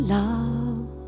love